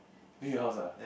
near your house ah